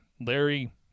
Larry